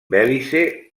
belize